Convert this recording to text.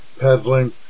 peddling